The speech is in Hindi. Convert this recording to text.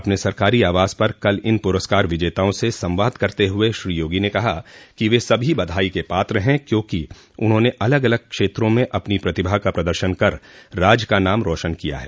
अपने सरकारी आवास पर कल इन पुरस्कार विजेताओं से संवाद करते हुए श्री योगी ने कहा कि वे सभी बधाई के पात्र हैं क्योंकि उन्होंने अलग अलग क्षेत्रों में अपनी प्रतिभा का प्रदर्शन कर राज्य का नाम रोशन किया है